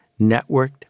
networked